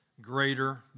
Greater